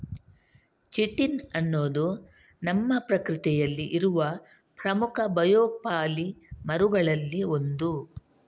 chitin ಅನ್ನುದು ನಮ್ಮ ಪ್ರಕೃತಿಯಲ್ಲಿ ಇರುವ ಪ್ರಮುಖ ಬಯೋಪಾಲಿಮರುಗಳಲ್ಲಿ ಒಂದು